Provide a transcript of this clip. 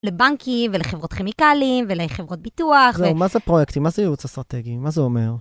לבנקים, ולחברות כימיקליים, ולחברות ביטוח, ו... זהו, מה זה פרויקטים? מה זה ייעוץ אסטרטגי? מה זה אומר?